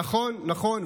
נכון, נכון.